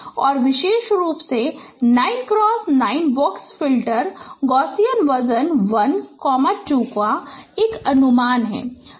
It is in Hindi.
और विशेष रूप से 9x9 बॉक्स फिल्टर गॉससियन वजन 1 2 का एक अनुमान हैं